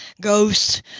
ghosts